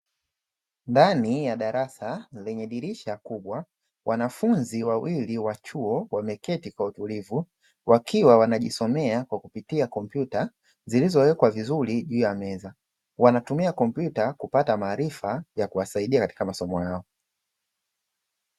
Ndani ya darasa lenye dirisha kubwa, wanafunzi wawili wa chuo, wameketi kwa utulivu, wakiwa wanajisomea kupitia kompyuta zilizowekwa vizuri juu ya meza, wanatumia kompyuta kupata maarifa ya kuwasaidia katika masomo yao.